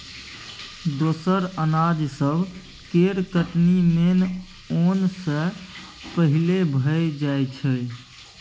दोसर अनाज सब केर कटनी मेन ओन सँ पहिले भए जाइ छै